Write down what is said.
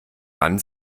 wann